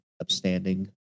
upstanding